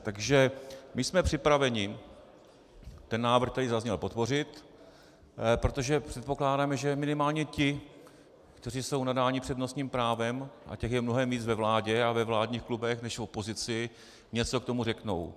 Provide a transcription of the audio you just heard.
Takže my jsem připraveni ten návrh, který zazněl, podpořit, protože předpokládáme, že minimálně ti, kteří jsou nadáni přednostním právem, a těch je mnohem víc ve vládě a ve vládních klubech než v opozici, něco k tomu řeknou.